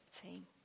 team